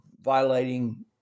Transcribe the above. violating